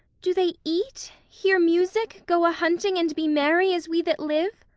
do they eat, hear music, go a-hunting, and be merry, as we that live?